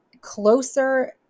closer